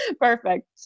Perfect